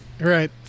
right